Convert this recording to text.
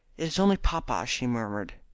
it is only papa, she murmured.